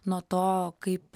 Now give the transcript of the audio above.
nuo to kaip